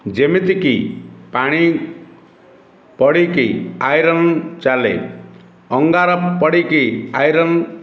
ଯେମିତିକି ପାଣି ପଡ଼ିକି ଆଇରନ୍ ଚାଲେ ଅଙ୍ଗାର ପଡ଼ିକି ଆଇରନ୍